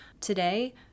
Today